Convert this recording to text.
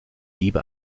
diebe